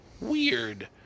Weird